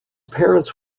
parents